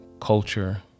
culture